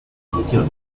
inquisición